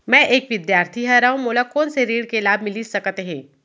मैं एक विद्यार्थी हरव, मोला कोन से ऋण के लाभ मिलिस सकत हे?